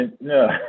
no